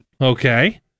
okay